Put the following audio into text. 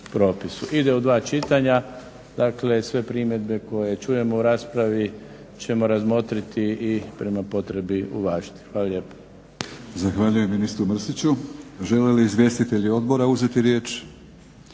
Ide u dva čitanja. Dakle, sve primjedbe koje čujemo u raspravi ćemo razmotriti i prema potrebi uvažiti. Hvala lijepa.